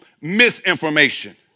misinformation